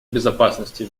безопасности